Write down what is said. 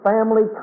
family